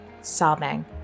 sobbing